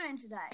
today